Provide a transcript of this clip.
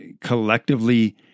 collectively